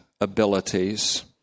abilities